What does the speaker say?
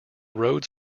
roads